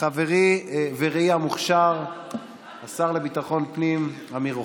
חברי ורעי המוכשר השר לביטחון הפנים אמיר אוחנה.